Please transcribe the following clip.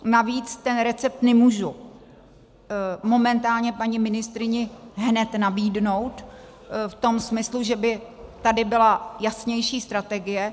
Navíc ten recept nemůžu momentálně paní ministryni hned nabídnout v tom smyslu, že by tady byla jasnější strategie.